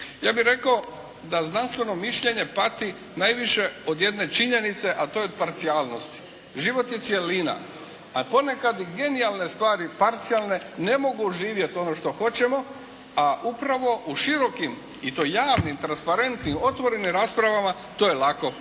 Ja bih rekao da znanstveno mišljenje pati najviše od jedne činjenice, a to je parcijalnost. Život je cjelina, a ponekad i genijalne stvari parcijalne ne mogu živjeti ono što hoćemo, a upravo u širokim i to javnim transparentnim otvorenim raspravama to je lako uvidjeti.